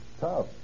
Tough